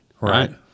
right